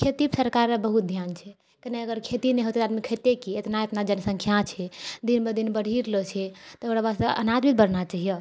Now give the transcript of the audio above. खेती पर सरकारके बहुत ध्यान छै किआकि अगर खेती नहि होतै तऽ आदमी खेतै की इतना इतना जनसङख्या छै दिन ब दिन बढ़ि रहलो छै तऽ ओकरा वास्ते अनाज भी बढ़ना चहिए